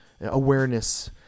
awareness